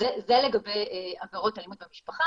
זה לגבי עבירות אלימות במשפחה.